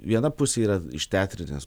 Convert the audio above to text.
viena pusė yra iš teatrinės